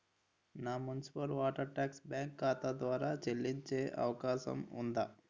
నా municipal water tax bank ఖాతా ద్వారా చెల్లించే అవకాశం ఉందా?